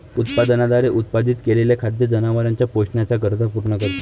उत्पादनाद्वारे उत्पादित केलेले खाद्य जनावरांच्या पोषणाच्या गरजा पूर्ण करते